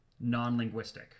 non-linguistic